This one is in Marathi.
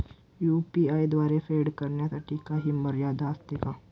यु.पी.आय द्वारे फेड करण्यासाठी काही मर्यादा असते का?